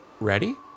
ready